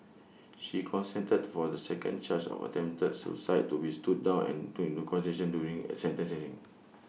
she consented for the second charge of attempted suicide to be stood down and taken into consideration during sentencing